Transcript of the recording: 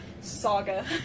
saga